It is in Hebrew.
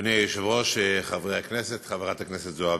אדוני היושב-ראש, חברי הכנסת, חברת הכנסת זועבי,